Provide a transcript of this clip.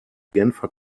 genfer